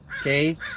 okay